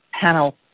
panel